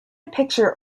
picture